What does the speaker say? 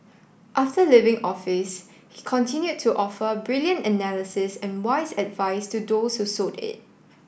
after leaving office he continued to offer brilliant analysis and wise advice to those who sought it